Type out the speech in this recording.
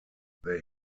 they